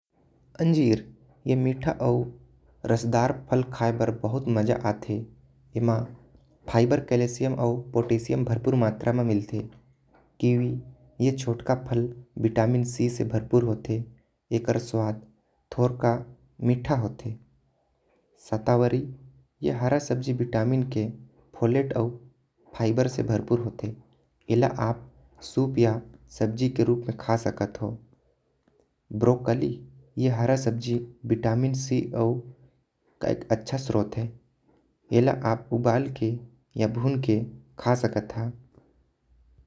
अंजीर ए मीठा आऊ रसदार फल खाए म बहुत मजरद आते। एमा फाइबर कैल्सियम आऊ पोटेशियम भरपूर मात्रा में मिलते। किवी ए छोटका फल विटामिन सी से भरपूर होते। एकर स्वाद थोड़ा मीठा होते शतावरी ए हर सब्जी विटाइम आऊ। फाइबर से भरपूर होते ऐला आप सूप या सब्जी के रूप में खा सकत। हौ ब्रोकली ए विटाइम सी के अच्छा स्रोत ह ऐला। आप उबाल के य भून के खा सकत ह।